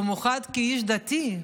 במיוחד כאיש דתי,